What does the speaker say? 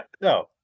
No